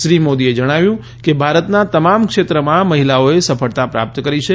શ્રી મોદીએ જણાવ્યું કે ભારતના તમામ ક્ષેત્રોમાં મહિલાઓએ સફળતા પ્રાપ્ત કરી છે